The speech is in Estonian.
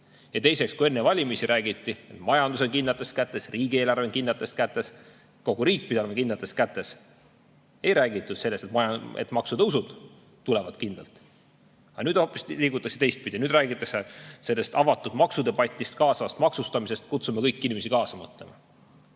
Ja teiseks, enne valimisi räägiti, et majandus on kindlates kätes, riigieelarve on kindlates kätes – kogu riik pidi olema kindlates kätes. Aga ei räägitud sellest, et maksutõusud tulevad kindlalt. Ja nüüd hoopis liigutakse teistpidi, nüüd räägitakse avatud maksudebatist ja kaasavast maksustamisest – kutsume kõiki inimesi kaasama.